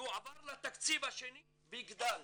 יועבר לתקציב השני ויגדל,